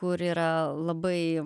kur yra labai